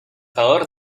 calor